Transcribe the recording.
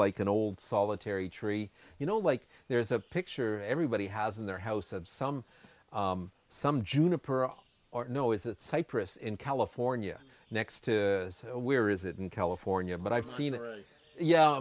like an old solitary tree you know like there's a picture everybody has in their house of some some juniper or no is that cypress in california next to where is it in california but i've seen it yeah